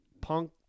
punk